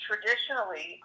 Traditionally